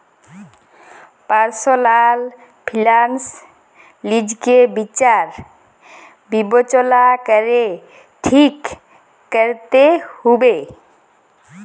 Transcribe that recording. personal finance লিজকে বিচার বিবচলা ক্যরে ঠিক ক্যরতে হুব্যে